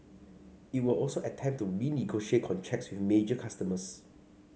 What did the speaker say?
it would also attempt to renegotiate contracts with major customers